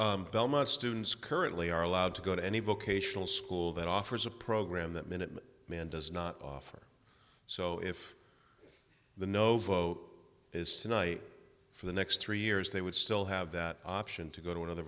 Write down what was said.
quality belmont students currently are allowed to go to any vocational school that offers a program that minute man does not offer so if the no vote is tonight for the next three years they would still have the option to go to another